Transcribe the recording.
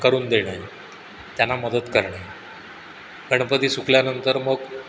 करून देणे त्यांना मदत करणे गणपती सुकल्यानंतर मग